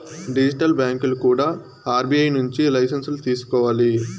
digital బ్యాంకులు కూడా RBI నుంచి లైసెన్సులు తీసుకోవాలి